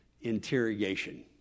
interrogation